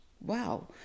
wow